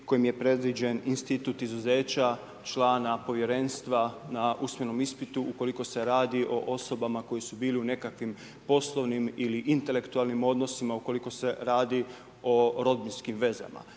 kojim je predviđen institut izuzeća člana povjerenstva na usmenom ispitu ukoliko se radi o osobama koje su bile u nekakvim poslovnim ili intelektualnim odnosima ukoliko se radi o rodbinskim vezama.